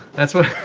that's what